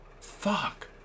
Fuck